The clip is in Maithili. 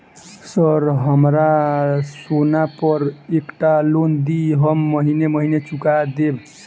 सर हमरा सोना पर एकटा लोन दिऽ हम महीने महीने चुका देब?